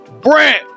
Brent